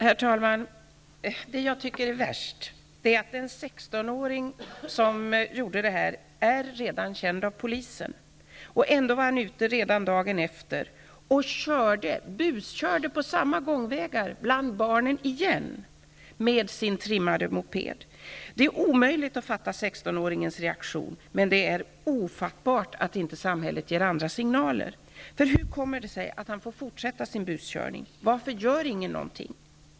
Herr talman! Det jag tycker är värst är att den 16 åring som gjorde detta redan är känd av polisen, och ändå var han ute dagen efter och buskörde på samma gångvägar bland barnen igen, med sin trimmade moped. Det är omöjligt att fatta 16 åringens reaktion, men det är ofattbart att inte samhället ger andra signaler. Hur kommer det sig att han får fortsätta med sin buskörning? Varför gör ingen någonting?